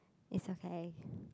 is a sign